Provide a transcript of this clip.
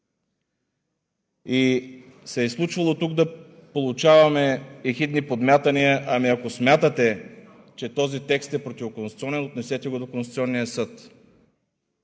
се е тук да получаваме ехидни подмятания: „Ами ако смятате, че този текст е противоконституционен, отнесете го до Конституционния съд.“